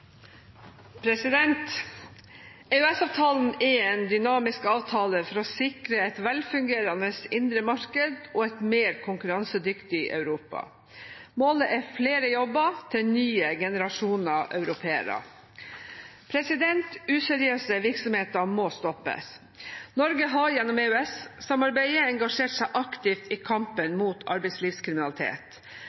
er en dynamisk avtale for å sikre et velfungerende indre marked og et mer konkurransedyktig Europa. Målet er flere jobber til nye generasjoner europeere. Useriøse virksomheter må stoppes. Norge har gjennom EØS-samarbeidet engasjert seg aktivt i kampen mot arbeidslivskriminalitet.